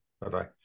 Bye-bye